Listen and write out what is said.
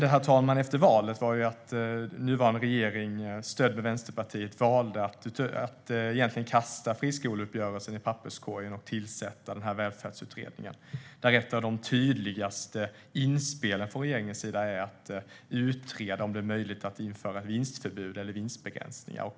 Det som hände efter valet var att nuvarande regering med stöd av Vänsterpartiet valde att egentligen kasta friskoleuppgörelsen i papperskorgen och tillsätta Välfärdsutredningen. Ett av de tydligaste inspelen där är från regeringens sida att utreda om det är möjligt att införa vinstförbud eller vinstbegränsningar.